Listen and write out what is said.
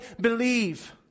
believe